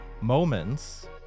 moments